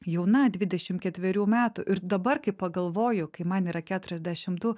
jauna dvidešimt ketverių metų ir dabar kai pagalvoju kai man yra keturiasdešimt du